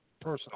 personal